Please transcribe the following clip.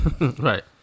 Right